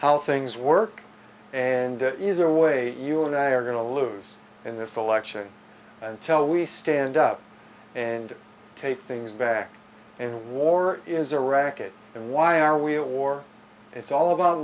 how things work and either way you and i are going to lose in this election until we stand up and take things back and a war is a racket and why are we a war it's all about